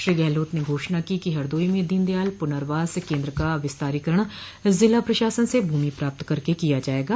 श्री गहलोत ने घोषणा की कि हरदोई में दीनदयाल पुनर्वास केन्द्र का विस्तारीकरण जिला प्रशासन से भूमि प्राप्त करके किया जायेगा